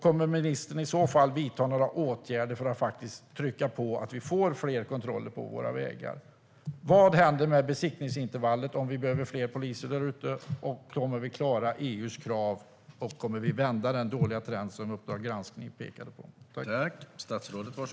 Kommer ministern att vidta några åtgärder för att trycka på så att vi faktiskt får fler kontroller på våra vägar? Vad händer med besiktningsintervallet om vi behöver fler poliser där ute, kommer vi att klara EU:s krav och kommer vi att vända den dåliga trend som Uppdrag granskning pekade på?